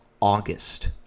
August